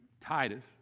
Titus